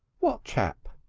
what chap?